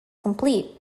complete